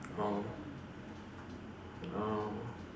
oh oh